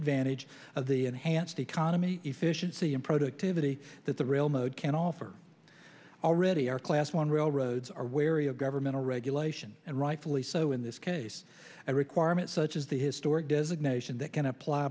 advantage of the enhanced economy efficiency and productivity that the real mode can offer already are class one railroads are wary of governmental regulation and rightfully so in this case a requirement such as the historic designation that can apply